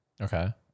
Okay